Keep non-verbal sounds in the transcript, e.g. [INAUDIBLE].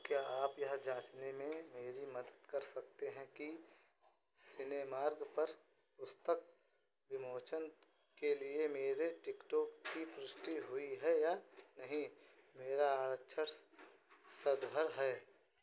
क्या आप यह जाँचने में मेरी मदद कर सकते हैं कि सिनेमार्ग पर पुस्तक विमोचन के लिए मेरे टिकटों की पुष्टि हुई है या नहीं मेरा [UNINTELLIGIBLE] है